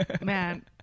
man